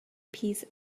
piece